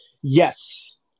Yes